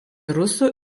rusų